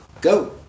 go